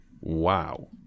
wow